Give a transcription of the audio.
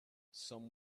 some